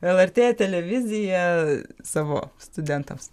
lrt televiziją savo studentams